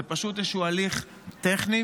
זה פשוט איזשהו הליך טכני,